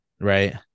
right